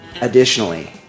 Additionally